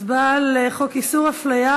הצבעה על חוק איסור הפליה.